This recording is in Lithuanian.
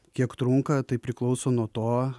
kiek trunka tai priklauso nuo to